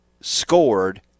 scored –